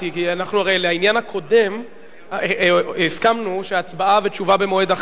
הרי לעניין הקודם הסכמנו שהצבעה ותשובה במועד אחר,